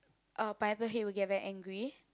uh Pineapple Head will get very angry